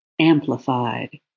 amplified